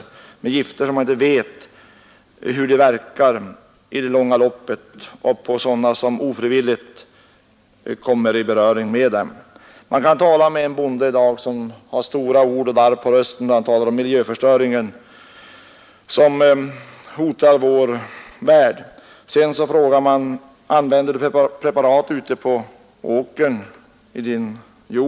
Man använder gifter som man inte vet hur de i det långa loppet verkar på de varelser som ofrivilligt kommer i beröring med dem. Man kan i dag tala med en bonde som använder stora ord och darr på rösten då han yttrar sig om den miljöförstöring som hotar vår värld. Sedan frågar man: ”Vad använder du för preparat ute på åkern i din jord?